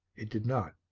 it did not.